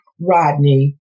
Rodney